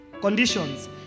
conditions